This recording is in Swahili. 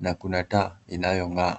na kuna taa inayong'aa.